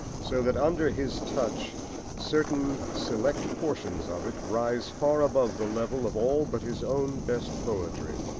so that under his touch certain select portions of it rise far above the level of all but his own best poetry,